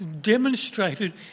demonstrated